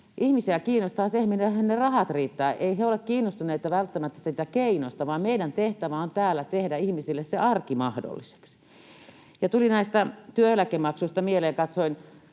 ihmisiä kiinnostaa se, mihin heidän rahansa riittävät. Eivät he ole välttämättä kiinnostuneita siitä keinosta, vaan meidän tehtävämme on täällä tehdä ihmisille se arki mahdolliseksi. Tuli näistä työeläkemaksuista mieleen, kun